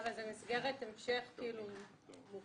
אבל זו מסגרת המשך מוכרת.